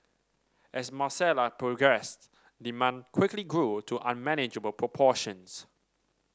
as Marcella progressed demand quickly grew to unmanageable proportions